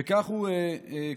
וכך הוא כותב